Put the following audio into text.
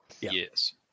Yes